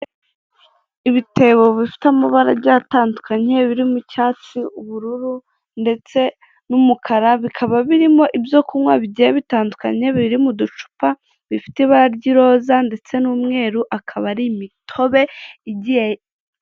Ibitebo bifite amabara agiye atandukanye, biri mu cyatsi, ubururu, ndetse n'umukara, bikaba birimo ibyo kunywa bigiye bitandukanye, biri mu ducupa bifite ibara ry'iroza ndetse n'umweru, akaba ari imitobe igiye.